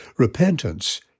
Repentance